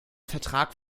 vertrag